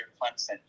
Clemson